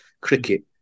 cricket